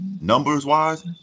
numbers-wise